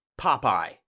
Popeye